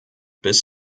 bis